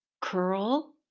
Curl